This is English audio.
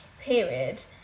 period